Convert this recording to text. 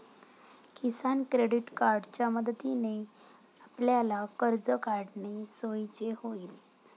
किसान credit कार्डच्या मदतीने आपल्याला कर्ज काढणे सोयीचे होईल